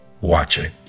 watching